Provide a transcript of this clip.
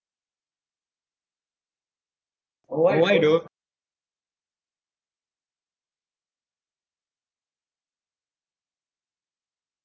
orh why though